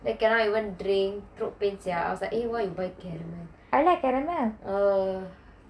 then cannot even drink throat pain sia then I'm like eh why you buy caramel